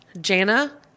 Jana